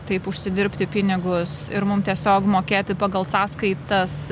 taip užsidirbti pinigus ir mum tiesiog mokėti pagal sąskaitas